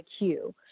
IQ